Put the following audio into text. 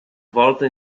volta